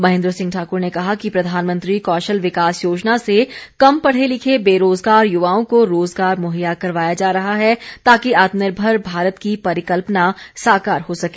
महेन्द्र सिंह ठाक्र ने कहा कि प्रधानमंत्री कौशल विकास योजना से कम पढ़े लिखे बेरोजगार युवाओं को रोजगार मुहैया करवाया जा रहा है ताकि आत्मनिर्भर भारत की परिकल्पना साकार हो सके